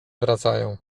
wracają